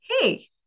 Hey